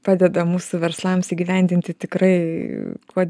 padeda mūsų verslams įgyvendinti tikrai kuo